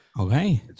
okay